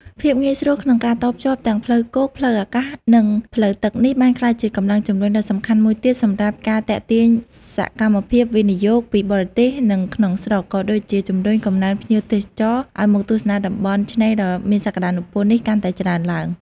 ភាពងាយស្រួលក្នុងការតភ្ជាប់ទាំងផ្លូវគោក ផ្លូវអាកាស និងផ្លូវទឹកនេះ បានក្លាយជា កម្លាំងជំរុញដ៏សំខាន់មួយទៀត សម្រាប់ការ ទាក់ទាញសកម្មភាពវិនិយោគ ពីបរទេស និងក្នុងស្រុក ក៏ដូចជា ជំរុញកំណើនភ្ញៀវទេសចរ ឲ្យមកទស្សនាតំបន់ឆ្នេរដ៏មានសក្តានុពលនេះកាន់តែច្រើនឡើង។